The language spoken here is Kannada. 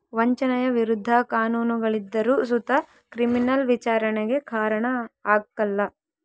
ವಂಚನೆಯ ವಿರುದ್ಧ ಕಾನೂನುಗಳಿದ್ದರು ಸುತ ಕ್ರಿಮಿನಲ್ ವಿಚಾರಣೆಗೆ ಕಾರಣ ಆಗ್ಕಲ